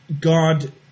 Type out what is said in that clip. God